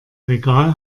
regal